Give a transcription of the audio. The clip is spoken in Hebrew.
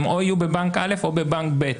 הם יהיו או בבנק א' או בבנק ב'.